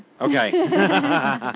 Okay